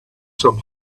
some